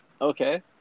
okay